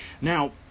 now